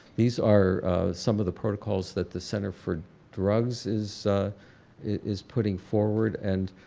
these are some of the protocols that the center for drugs is is putting forward and